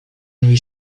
noi